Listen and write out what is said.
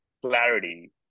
clarity